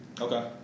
Okay